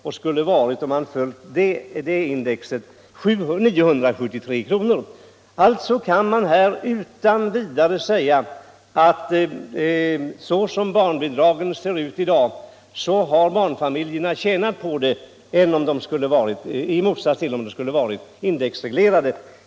och skulle ha varit, om man följt konsumentprisindex, 973 kr. Alltså kan man utan vidare säga att barnfamiljerna har tjänat på att barnbidragen ser ut så som de gör i dag jämfört med om de hade varit indexreglerade.